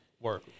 work